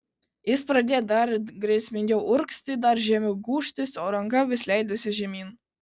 jis pradėjo dar grėsmingiau urgzti dar žemiau gūžtis o ranka vis leidosi žemyn